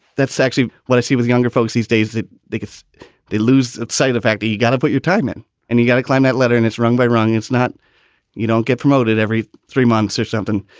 that's sexy. what i see with younger folks these days, that they they lose sight of the fact that you got to put your time in and he got to climb that letter and it's rung by rung. it's not you don't get promoted every three months or something.